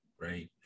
Right